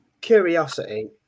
curiosity